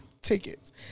tickets